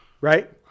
right